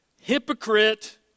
hypocrite